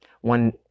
One